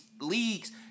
leagues